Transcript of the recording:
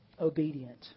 obedient